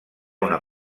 una